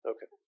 Okay